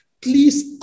please